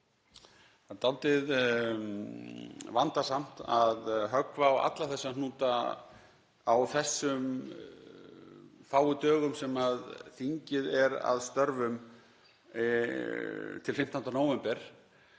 er dálítið vandasamt að höggva á alla þessa hnúta á þessum fáu dögum sem þingið er að störfum til 15. nóvember,